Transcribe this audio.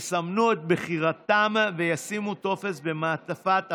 יסמנו את בחירתם וישימו טופס במעטפת הבחירה.